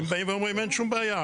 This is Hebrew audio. הם באים ואומרים שאין שום בעיה,